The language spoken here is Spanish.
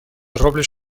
robles